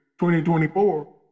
2024